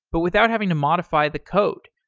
but without having to modify the code,